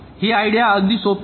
ही idea अगदी सोपी आहे